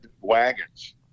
wagons